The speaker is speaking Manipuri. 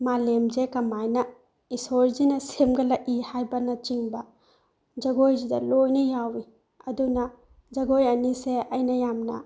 ꯃꯥꯂꯦꯝꯁꯦ ꯀꯃꯥꯏꯅ ꯏꯁꯣꯔꯁꯤꯅ ꯁꯦꯝꯒꯠꯂꯛꯏ ꯍꯥꯏꯕꯅꯆꯤꯡꯕ ꯖꯒꯣꯏꯁꯤꯗ ꯂꯣꯏꯅ ꯌꯥꯎꯏ ꯑꯗꯨꯅ ꯖꯒꯣꯏ ꯑꯅꯤꯁꯦ ꯑꯩꯅ ꯌꯥꯝꯅ